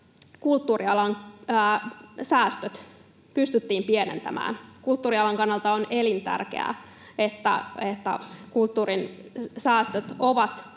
kulttuurialan säästöt pystyttiin pienentämään. Kulttuurialan kannalta on elintärkeää, että kulttuurin säästöt ovat